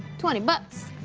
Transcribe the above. twenty bucks.